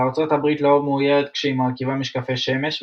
וארצות הברית לרוב מאוירת כשהיא מרכיבה משקפי שמש,